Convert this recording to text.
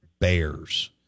Bears